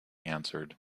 answered